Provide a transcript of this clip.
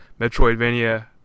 metroidvania